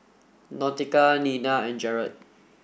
Nautica Nina and Jared